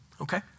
Okay